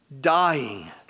Dying